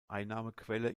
einnahmequelle